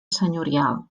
senyorial